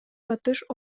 батыш